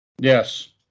Yes